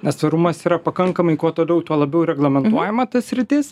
nes tvarumas yra pakankamai kuo toliau tuo labiau reglamentuojama ta sritis